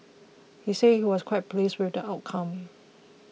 he said he was quite pleased with the outcome